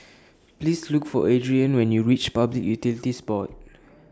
Please Look For Adriane when YOU REACH Public Utilities Board